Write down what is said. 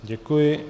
Děkuji.